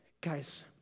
Guys